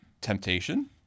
temptation